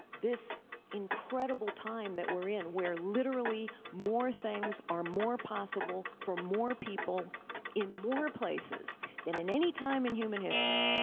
this incredible time that we're in, where literally more things are more possible for more people in more places than at any time in human history.